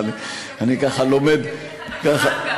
אני אביא לך את המשרד גם.